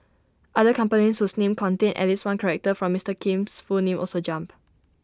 other companies whose names contained at least one character from Mister Kim's full name also jumped